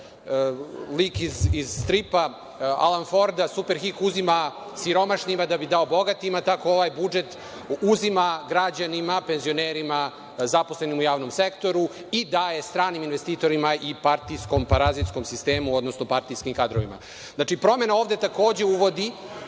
lik iz stripa Alana Forda. Superhik uzima siromašnima da bi dao bogatima, tako i ovaj budžet uzima građanima, penzionerima, zaposlenima u javnom sektoru i daje stranim investitorima i partijskom parazitskom sistemu, odnosno partijskim kadrovima. Znači, promena ovde, takođe, uvodi